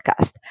podcast